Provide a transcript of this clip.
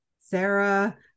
Sarah